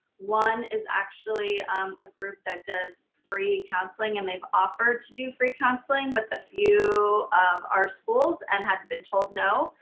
one is actually a group that does free counseling and they've offered to do free counseling with a few of our schools and have been told no.